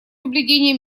соблюдения